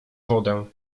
wodę